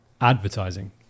advertising